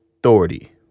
authority